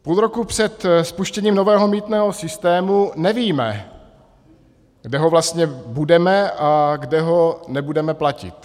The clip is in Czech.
Půl roku před spuštěním nového mýtného systému nevíme, kde ho vlastně budeme a kde ho nebudeme platit.